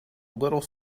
little